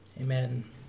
amen